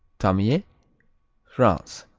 tamie france